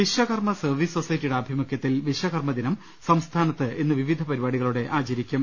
Vishwakarma service സൊസൈറ്റിയുടെ ആഭിമുഖ്യത്തിൽ വിശ്വകർമ്മ ദിനം സംസ്ഥാനത്ത് ഇന്ന് വിവിധ പരിപാടികളോടെ ആചരിക്കും